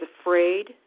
afraid